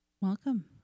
Welcome